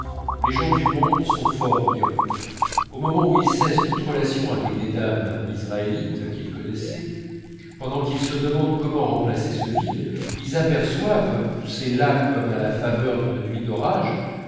les gens du monde sont fort myopes au moment où ils cessent toutes relations avec des dames israélites qu'ils connaissaient pendant qu'ils se demandent comment remplir ce vide ils aperçoivent poussée là comme à la faveur d'une nuit d'orage